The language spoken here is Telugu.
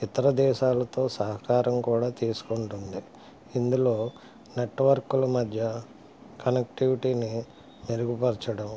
ఇతర దేశాలతో సహకారం కూడా తీసుకుంటుంది ఇందులో నెట్వర్క్ల మధ్య కనెక్టివిటీని మెరుగుపరచడం